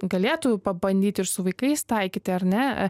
galėtų pabandyti ir su vaikais taikyti ar ne